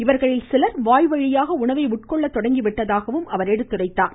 இவர்களில் சிலர் வாய்வழியாக உணவை உட்கொள்ள தொடங்கி விட்டதாகவும் அவர் குறிப்பிட்டார்